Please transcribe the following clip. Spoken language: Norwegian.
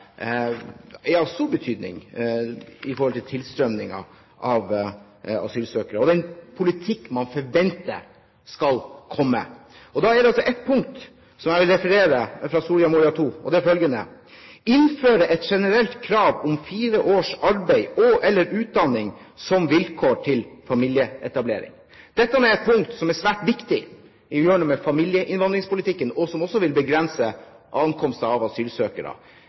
er av stor betydning for tilstrømningen av asylsøkere og for den politikk man forventer skal komme. Det er ett punkt i Soria Moria II som jeg vil sitere, og det er følgende: «innføre et generelt krav om fire års arbeid – og eller utdanning som vilkår for familieetablering» Dette er et punkt som er svært viktig når det gjelder det å gjøre noe med familieinnvandringspolitikken, og som også vil begrense ankomsten av asylsøkere.